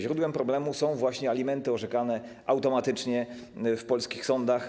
Źródłem problemu są właśnie alimenty orzekane automatycznie w polskich sądach.